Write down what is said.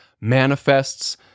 manifests